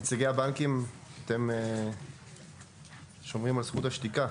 נציגי הבנקים, אתם שומרים על זכות השתיקה?